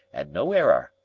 and no error.